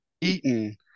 eaten